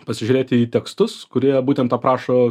pasižiūrėti į tekstus kur jie būtent aprašo